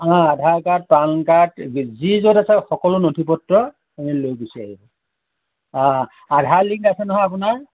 অঁ Aadhaar card PAN card যি য'ত আছে সকলো নথি পত্ৰ লৈ গুচি আহিব আধাৰ লিংক আছে নহয় আপোনাৰ